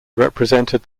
represented